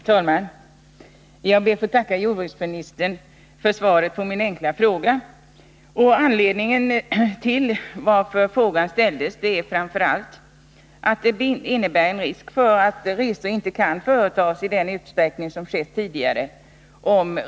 Herr talman! Jag ber att få tacka jordbruksministern för svaret på min fråga. Den främsta anledningen till att frågan ställdes är att om reseanslaget skärs ner med 2 96, så innebär det en risk för att resor inte kan företas i samma utsträckning som tidigare.